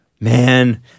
Man